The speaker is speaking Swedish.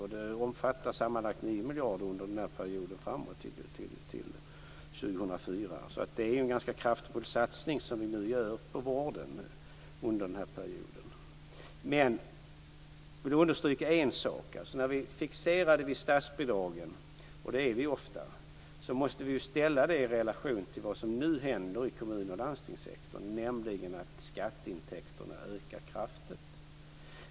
Vi satsar sammanlagt 9 miljarder under perioden fram till 2004. Det är en ganska kraftfull satsning som vi gör på vården under den här perioden. Men jag vill understryka en sak. Vi är ofta fixerade vid statsbidragen. Men vi måste se detta i relation till vad som nu händer i kommun och landstingssektorn, nämligen att skatteintäkterna ökar kraftigt.